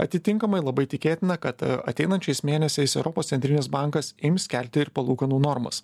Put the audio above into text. atitinkamai labai tikėtina kad ateinančiais mėnesiais europos centrinis bankas ims kelti ir palūkanų normas